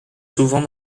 souvent